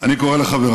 אני קורא לחבריי,